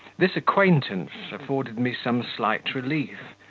this acquaintance afforded me some slight relief,